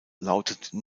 lautete